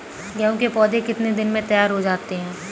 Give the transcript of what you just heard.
गेहूँ के पौधे कितने दिन में तैयार हो जाते हैं?